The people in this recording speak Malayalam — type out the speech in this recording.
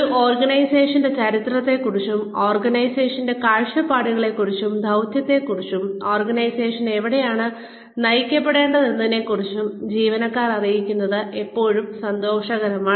ഒരു ഓർഗനൈസേഷന്റെ ചരിത്രത്തെക്കുറിച്ചും ഓർഗനൈസേഷന്റെ കാഴ്ചപ്പാടിനെക്കുറിച്ചും ദൌത്യത്തെക്കുറിച്ചും ഓർഗനൈസേഷൻ എവിടേക്കാണ് നയിക്കപ്പെടേണ്ടതെന്നതിനെക്കുറിച്ചും ജീവനക്കാരെ അറിയിക്കുന്നത് എല്ലായ്പ്പോഴും സന്തോഷകരമാണ്